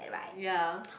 ya